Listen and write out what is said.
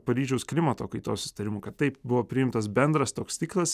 paryžiaus klimato kaitos susitarimu kad taip buvo priimtas bendras toks tikslas